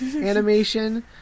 animation